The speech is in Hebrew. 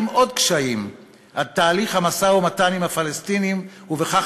עוד קשיים על תהליך המשא-ומתן עם הפלסטינים ובכך